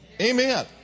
Amen